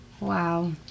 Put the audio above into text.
Wow